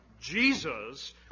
Jesus